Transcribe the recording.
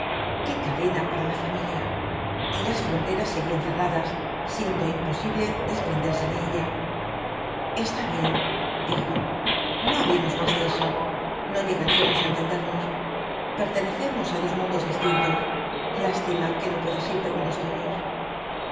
qué cadena para la familia y las fronteras seguían cerradas siendo imposible desprenderse de ella está bien dijo no hablemos más de eso no líehos cuatro jinbtbs dbl apocaupsis ganamos á entendernos pertenecemos á dos mundos distintos lástima que no puedas irte con los tuyos